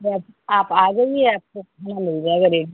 बस आप आ जाइए आपको खाना मिल जाएगा रेडी